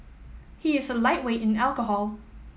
he is a lightweight in alcohol